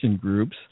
Groups